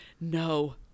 no